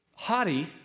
hottie